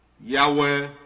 Yahweh